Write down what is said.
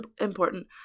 important